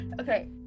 okay